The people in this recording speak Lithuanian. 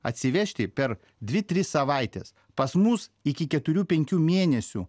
atsivežti per dvi tris savaites pas mus iki keturių penkių mėnesių